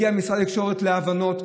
משרד התקשורת הגיע להבנות.